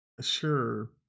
Sure